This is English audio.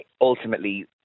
ultimately